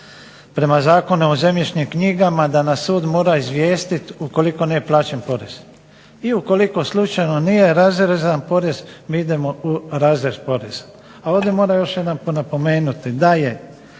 prema Zakonu o zemljišnim knjigama da nas sud mora izvijestit ukoliko nije plaćen porez i ukoliko slučajno nije razrezan porez mi idemo u razrez poreza. A ovdje moram još jedanput napomenuti da je